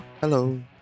Hello